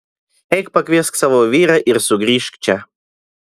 eik pakviesk savo vyrą ir sugrįžk čia